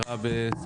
בוקר טוב לכולם.